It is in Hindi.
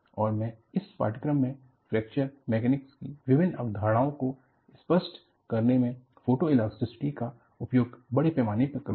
और मैं इस पाठ्यक्रम में फ्रैक्चर मैकेनिक की विभिन्न अवधारणाओं को स्पष्ट करने में फोटोइलास्टिसिटी का उपयोग बड़े पैमाने पर करूंगा